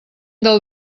del